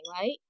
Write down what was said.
right